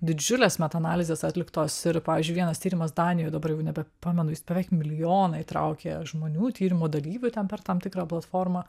didžiulės meta analizės atliktos ir pavyzdžiui vienas tyrimas danijoj jau nebepamenu jis beveik milijoną įtraukė žmonių tyrimo dalyvių ten per tam tikrą platformą